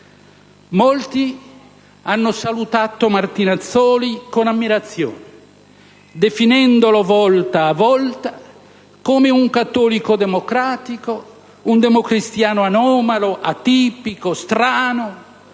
Molti hanno salutato Martinazzoli con ammirazione definendolo, volta a volta, come un cattolico democratico, un democristiano anomalo, atipico, strano,